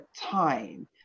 time